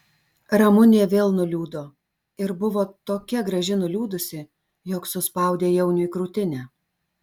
ramunė vėl nuliūdo ir buvo tokia graži nuliūdusi jog suspaudė jauniui krūtinę